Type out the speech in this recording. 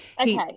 Okay